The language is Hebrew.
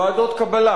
ועדות קבלה,